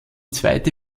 zweite